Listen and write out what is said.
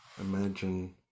Imagine